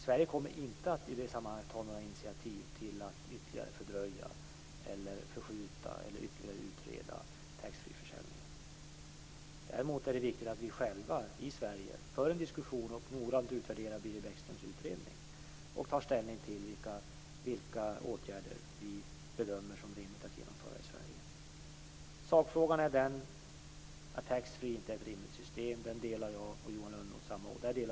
Sverige kommer i det sammanhanget inte att ta några initiativ till att ytterligare fördröja, förskjuta eller utreda taxfreeförsäljningen. Det är däremot viktigt att vi själva för en diskussion, noggrant utvärderar Birger Bäckströms utredning och tar ställning till vilka åtgärder vi bedömer som rimliga att genomföra i Sverige. Sakfrågan är att taxfree inte är ett rimligt system. Där delar Johan Lönnroth och jag samma åsikt.